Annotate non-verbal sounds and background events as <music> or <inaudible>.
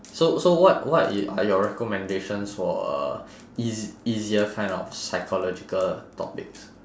so so what what <noise> are your recommendations for uh eas~ easier kind of psychological topics